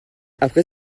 après